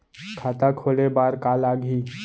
खाता खोले बार का का लागही?